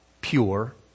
pure